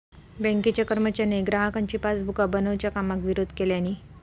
बँकेच्या कर्मचाऱ्यांनी ग्राहकांची पासबुका बनवच्या कामाक विरोध केल्यानी